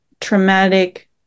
traumatic